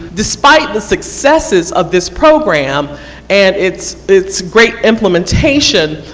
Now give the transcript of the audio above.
despite the successes of this program and its its great implementation,